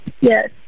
Yes